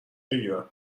بگیرم